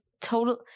total